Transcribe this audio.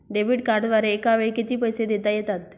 Debit कार्डद्वारे एकावेळी किती पैसे देता येतात?